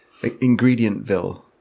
Ingredientville